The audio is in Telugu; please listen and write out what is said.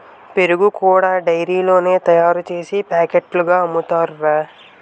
పెరుగు కూడా డైరీలోనే తయారుసేసి పాకెట్లుగా అమ్ముతారురా